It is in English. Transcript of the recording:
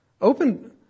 open